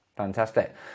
Fantastic